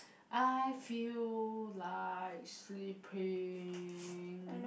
I feel like sleeping